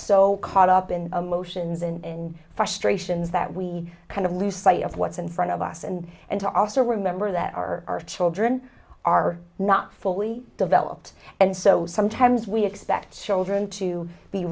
so caught up in emotions in frustrations that we kind of lose sight of what's in front of us and and to also remember that our children are not fully developed and so sometimes we expect children to be